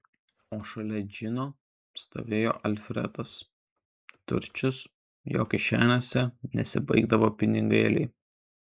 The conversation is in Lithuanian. o šalia džino stovėjo alfredas turčius jo kišenėse nesibaigdavo pinigėliai